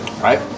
Right